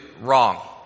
wrong